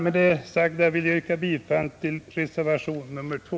Med det anförda ber jag att få yrka bifall till reservationen 2.